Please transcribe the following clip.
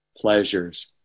pleasures